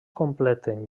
completen